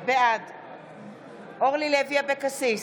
בעד אורלי לוי אבקסיס,